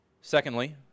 Secondly